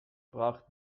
braucht